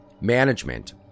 Management